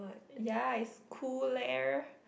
ya is cooler